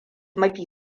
mafi